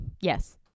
Yes